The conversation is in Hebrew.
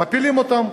מפילים אותן,